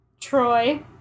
Troy